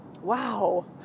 Wow